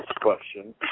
question